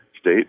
state